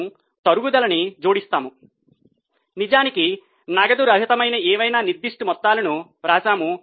మనము తరుగుదలని జోడిస్తాము ప్రకృతిలో నగదు రహితమైన ఏవైనా నిర్దిష్ట మొత్తాలను వ్రాస్తాము